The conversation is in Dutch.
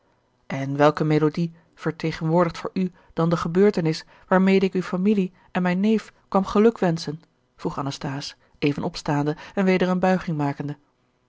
en welke melodie vertegenwoordigt voor u dan de gebeurtenis waarmede ik uwe familie en mijn neef kwam geluk wenschen vroeg anasthase even opstaande en weder eene buiging makende